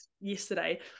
yesterday